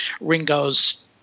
Ringo's